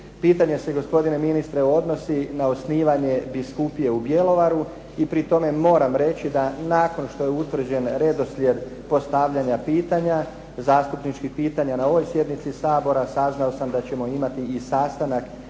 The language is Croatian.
Pitanje se gospodine ministre odnosi na osnivanje biskupije u Bjelovaru i pri tome moram reći da nakon što je utvrđen redoslijed postavljanja pitanja, zastupničkih pitanja na ovoj sjednici Sabora saznao da ćemo imati i sastanak